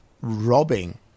robbing